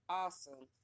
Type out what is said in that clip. awesome